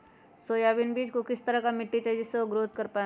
Soybean बीज को किस तरह का मिट्टी चाहिए जिससे वह ग्रोथ कर पाए?